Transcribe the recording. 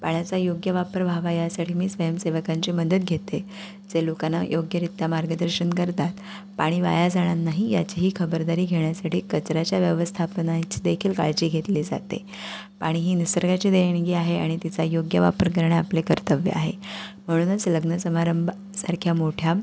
पाण्याचा योग्य वापर व्हावा यासाठी मी स्वयंसेवकांची मदत घेते जे लोकांना योग्यरित्या मार्गदर्शन करतात पाणी वाया जाणार नाही याचीही खबरदारी घेण्यासाठी कचऱ्याच्या व्यवस्थापनाची देखील काळजी घेतली जाते पाणी ही निसर्गाची देणगी आहे आणि तिचा योग्य वापर करणे आपले कर्तव्य आहे म्हणूनच लग्न समारंभासारख्या मोठ्या